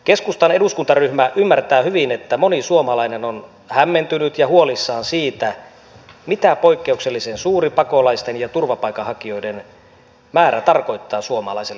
keskustan eduskuntaryhmä ymmärtää hyvin että moni suomalainen on hämmentynyt ja huolissaan siitä mitä poikkeuksellisen suuri pakolaisten ja turvapaikanhakijoiden määrä tarkoittaa suomalaiselle yhteiskunnalle